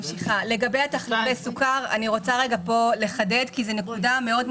לגבי תחליפי הסוכר אני רוצה לחדד פה כי זו נקודה חשובה מאוד,